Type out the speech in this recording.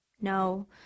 No